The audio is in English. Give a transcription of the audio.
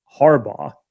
Harbaugh